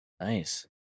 Nice